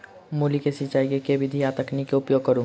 मूली केँ सिचाई केँ के विधि आ तकनीक केँ उपयोग करू?